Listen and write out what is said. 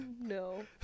No